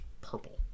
purple